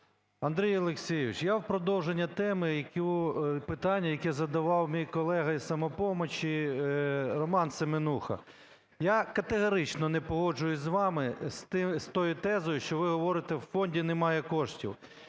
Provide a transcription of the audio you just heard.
Андрій Олексійович, я в продовження теми, питання, яке задавав мій колега із "Самопомочі" РоманСеменуха. Я категорично не погоджуюсь з вами з тою тезою, що ви говорите: у фонді немає коштів.